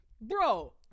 bro